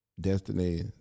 destiny